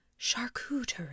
charcuterie